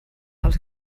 els